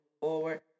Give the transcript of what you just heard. forward